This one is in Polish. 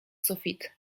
sufit